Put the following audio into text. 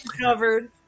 covered